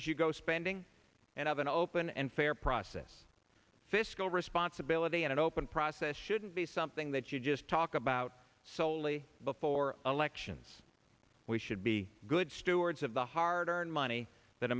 as you go spending and have an open and fair process fiscal responsibility and open process shouldn't be something that you just talk about soley before elections we should be good stewards of the hard earned money tha